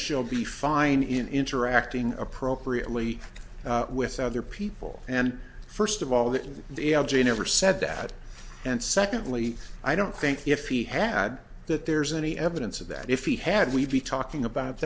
she'll be fine in interacting appropriately with other people and first of all that l j never said that and secondly i don't think if he had that there's any evidence of that if he had we'd be talking about